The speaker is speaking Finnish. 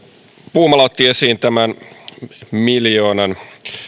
puumala otti esiin tämän miljoonan